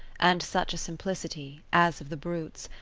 and such a simplicity, as of the brutes,